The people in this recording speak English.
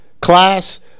class